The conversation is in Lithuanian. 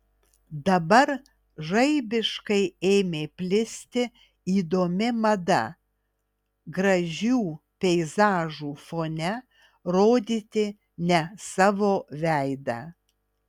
dabar žaibiškai ėmė plisti įdomi mada gražių peizažų fone rodyti ne savo veidą